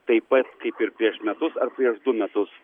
taip pat kaip ir prieš metus ar prieš du metus